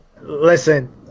Listen